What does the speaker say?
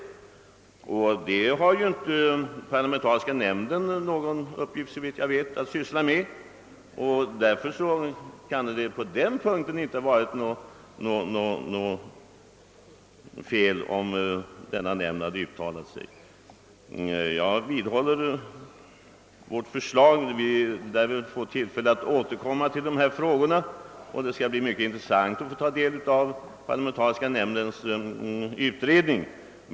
Såvitt jag vet har inte parlamentariska nämnden till uppgift att syssla med detta, och därför skulle det inte ha varit fel om nämnden uttalat sig på denna punkt. Jag vidhåller vårt förslag och det lär väl bli tillfälle återkomma till de här frågorna. Det skall bli mycket intressant att få ta del av den parlamentariska nämndens utredning.